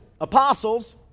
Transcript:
apostles